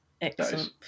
Excellent